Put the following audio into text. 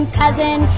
cousin